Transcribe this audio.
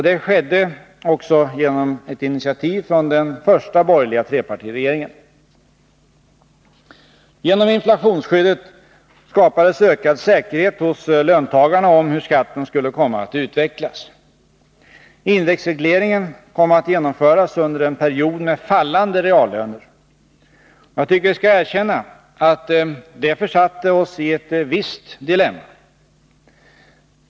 Det skedde också genom ett initiativ från den första borgerliga trepartiregeringen. Genom inflationsskyddet skapades ökad säkerhet hos löntagarna om hur skatten skulle komma att utvecklas. Indexregleringen kom att genomföras under en period med fallande reallöner. Jag tycker vi skall erkänna att det försatte oss i ett visst dilemma.